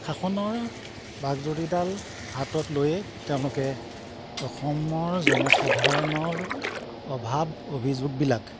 শাসনৰ বাক জৰীডাল হাতত লৈয়ে তেওঁলোকে অসমৰ জনসাধাৰণৰ অভাৱ অভিযোগবিলাক